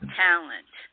talent